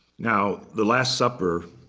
now, the last supper